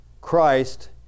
Christ